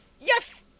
Yes